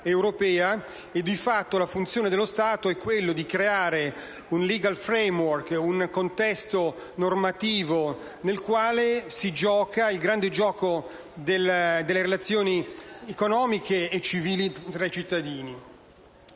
europea e, di fatto, la sua funzione è quella di creare un *legal framework*, un contesto normativo nel quale si gioca il grande gioco delle relazioni economiche e civili tra i cittadini.